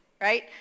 right